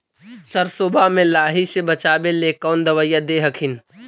सरसोबा मे लाहि से बाचबे ले कौन दबइया दे हखिन?